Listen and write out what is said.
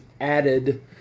added